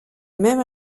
même